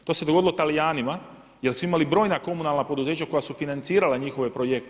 To se dogodilo Talijanima, jer su imali brojna komunalna poduzeća koja su financirala njihove projekte.